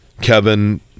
Kevin